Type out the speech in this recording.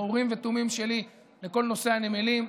האורים ותומים שלי לכל נושא הנמלים.